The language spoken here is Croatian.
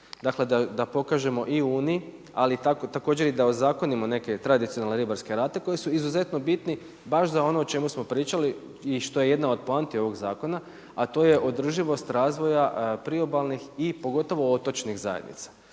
dakle da pokažemo i uniji, ali također i da ozakonimo neke tradicionalne ribarske alate koji su izuzetno bitni baš za ono o čemu smo pričali i što je jedna od poanti ovog zakona, a to je održivost razvoja priobalnih i pogotovo otočnih zajednica